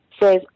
says